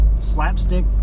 slapstick